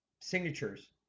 signatures